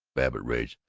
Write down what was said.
babbitt raged,